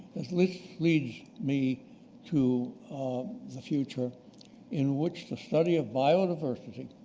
leads leads me to the future in which the study of biodiversity,